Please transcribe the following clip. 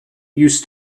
used